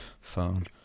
phone